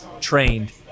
trained